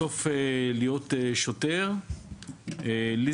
בסוף להיות שוטר זה תפקיד דרמטי במדינה דמוקרטית,